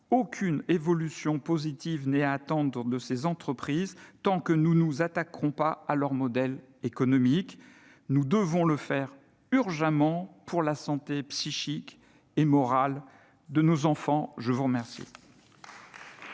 aucune évolution positive n'est à attendre de ces entreprises tant que nous ne nous attaquerons pas à leur modèle économique. Nous devons le faire urgemment pour la santé psychique et morale de nos enfants. La parole